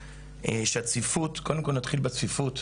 קודם כל נתחיל בצפיפות,